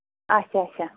اچھا اچھا